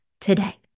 today